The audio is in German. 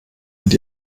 mit